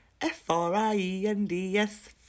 F-R-I-E-N-D-S